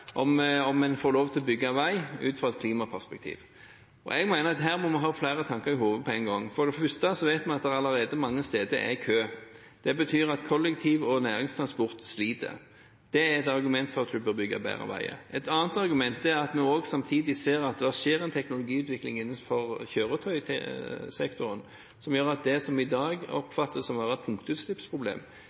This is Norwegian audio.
om en får lov til å bygge vei, ut fra et klimaperspektiv. Jeg mener at her må vi ha flere tanker i hodet på en gang. For det første vet vi at det allerede mange steder er kø. Det betyr at kollektiv- og næringstransport sliter. Det er et argument for at vi bør bygge bedre veier. Et annet argument er at vi samtidig ser at det skjer en teknologiutvikling innenfor kjøretøysektoren som gjør at det som i dag oppfattes som et punktutslippsproblem, når neste generasjon kjører på veien, sannsynligvis i all hovedsak vil være